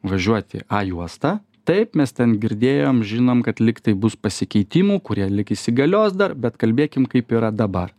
važiuoti a juosta taip mes ten girdėjom žinom kad lygtai bus pasikeitimų kurie lig įsigalios dar bet kalbėkim kaip yra dabar